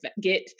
get